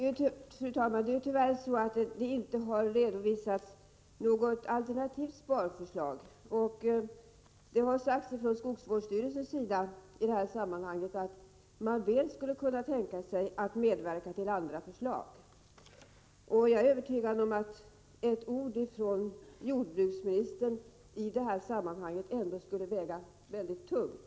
Fru talman! Det har tyvärr inte redovisats något alternativt sparförslag. Från skogsvårdsstyrelsen har det sagts att man väl skulle kunna tänka sig att medverka till andra förslag. Jag är övertygad om att ett ord från jordbruksministern skulle väga mycket tungt i sammanhanget.